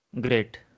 Great